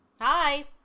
Hi